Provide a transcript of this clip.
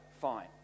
Fine